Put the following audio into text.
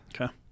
Okay